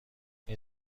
این